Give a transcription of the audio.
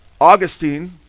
augustine